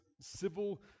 civil